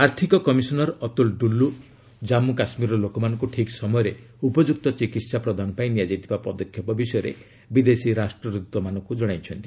ଆର୍ଥିକ କମିଶନର ଅତୁଲ ଡୁଲୁ ଜାମ୍ମୁ କାଶ୍ମୀରର ଲୋକମାନଙ୍କୁ ଠିକ୍ ସମୟରେ ଉପଯୁକ୍ତ ଚିକିତ୍ସା ପ୍ରଦାନ ପାଇଁ ନିଆଯାଇଥିବା ପଦକ୍ଷେପ ବିଷୟରେ ବିଦେଶୀ ରାଷ୍ଟ୍ରଦ୍ରତମାନଙ୍କୁ ଜରାଇଛନ୍ତି